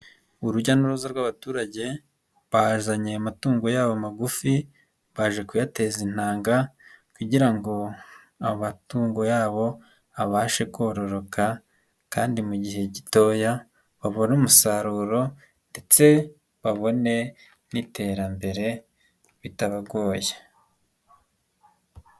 Urujya n'uruza rw'abaturage bazanye amatungo yabo magufi baje kuyateza intanga kugira ngo amatungo yabo abashe kororoka, kandi mu gihe gitoya babone umusaruro ndetse babone n'iterambere bitabagoye.